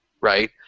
right